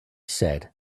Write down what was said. said